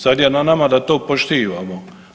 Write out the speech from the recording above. Sad je na nama da to poštivamo.